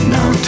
Now